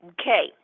Okay